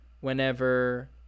whenever